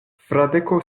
fradeko